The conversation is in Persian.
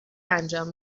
انجام